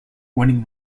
winning